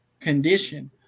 condition